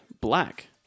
black